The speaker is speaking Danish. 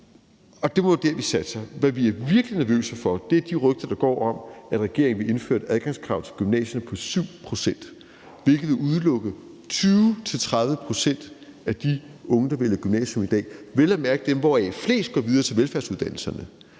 Og det må være der, vi satser. Hvad vi i Radikale er virkelig nervøse for, er de rygter, der går, om, at regeringen vil indføre et adgangskrav på gymnasierne på karakteren 6 i gennemsnit, hvilket vil udelukke 20-30 pct. af de unge, der vælger gymnasiet i dag, og det er vel at mærke dem, hvoraf flest går videre til velfærdsuddannelserne.